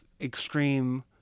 extreme